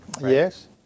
Yes